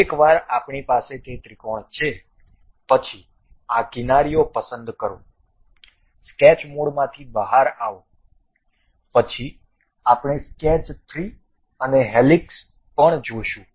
એકવાર આપણી પાસે તે ત્રિકોણ છે પછી આ કિનારીઓ પસંદ કરો સ્કેચ મોડમાંથી બહાર આવો પછી આપણે સ્કેચ 3 અને હેલિક્સ પણ જોશું